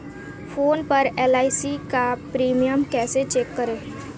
Phone पर LIC का premium कैसे चेक करें?